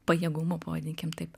pajėgumu pavadinkim taip